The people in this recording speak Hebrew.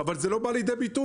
אבל זה לא בא לידי ביטוי.